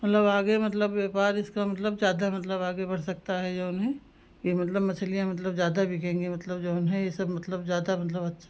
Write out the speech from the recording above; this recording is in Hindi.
मतलब आगे मतलब व्यापार इसका मतलब ज़्यादा मतलब आगे बढ़ सकता है जऊन है कि मतलब मछलियाँ मतलब ज़्यादा बिकेंगी मतलब जऊन है ई सब मतलब ज़्यादा मतलब अच्छा